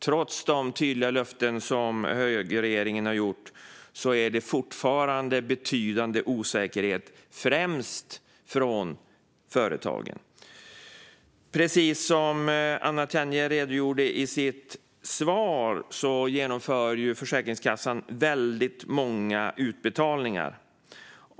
Trots de tydliga löften som högerregeringen har gett råder fortfarande betydande osäkerhet, främst från företagen. Precis som Anna Tenje redogjorde för i sitt svar genomför Försäkringskassan väldigt många utbetalningar.